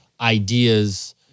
ideas